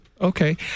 Okay